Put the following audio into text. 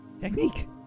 technique